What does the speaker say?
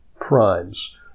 primes